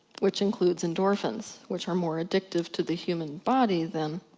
which includes endorphins. which are more addictive to the human body, than